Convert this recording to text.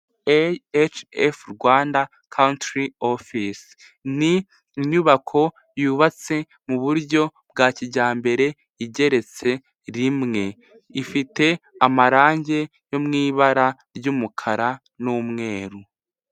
EHF Rwanda catiri ofisi ni inyubako yubatse mu buryo bwa kijyambere igeretse rimwe. Ifite amarangi yo mu ibara ry'umukara n'umweru.